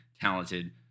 talented